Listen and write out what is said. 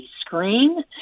screen